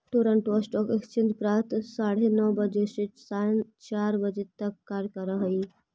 Toronto stock exchange प्रातः साढ़े नौ बजे से सायं चार बजे तक कार्य करऽ हइ